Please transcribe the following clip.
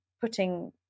putting